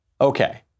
Okay